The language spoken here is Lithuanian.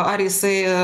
ar jisai